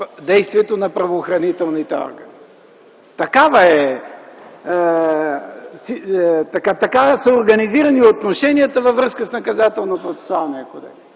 действието на правоохранителните органи. Така са организирани отношенията във връзка с Наказателно-процесуалния кодекс.